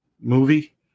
movie